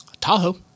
Tahoe